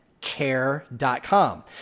care.com